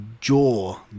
jaw